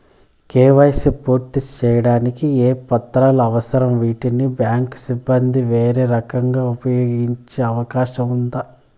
KYC పూర్తి సేయడానికి ఏ పత్రాలు అవసరం, వీటిని బ్యాంకు సిబ్బంది వేరే రకంగా ఉపయోగించే అవకాశం ఉందా?